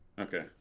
Okay